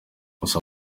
gusa